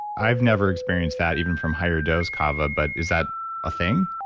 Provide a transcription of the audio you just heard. i've never experienced that even from higher dose kava, but is that a thing?